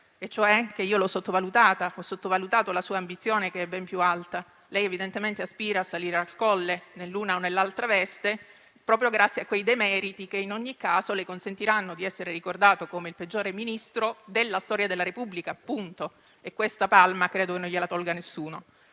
e cioè che l'ho sottovalutata e ho sottovalutato la sua ambizione, ben più alta: evidentemente, aspira a salire al Colle, nell'una o nell'altra veste, proprio grazie a quei demeriti che, in ogni caso, le consentiranno di essere ricordato semplicemente come il peggiore Ministro della storia della Repubblica e punto, (e questa palma credo non gliela tolga nessuno).